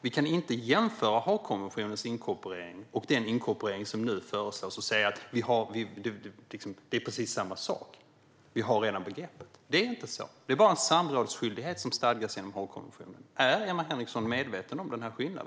Vi kan inte jämföra Haagkonventionens inkorporering med den inkorporering som nu föreslås och säga att det är precis samma sak och vi har redan begreppet. Det är inte så. Det är bara en samrådsskyldighet som stadgas genom Haagkonventionen. Är Emma Henriksson medveten om denna skillnad?